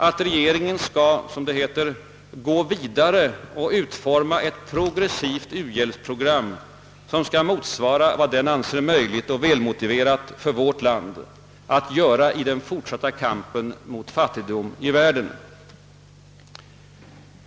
att regeringen skall »gå vidare och utforma ett progressivt u-hjälpsprogram, som skall motsvara vad den anser möjligt och välmotiverat för vårt land att göra i den fortsatta kampen mot fattigdomen i världen».